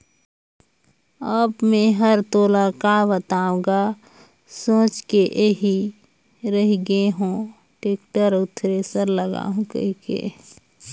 अब मे हर तोला का बताओ गा सोच के एही रही ग हो टेक्टर अउ थेरेसर लागहूँ कहिके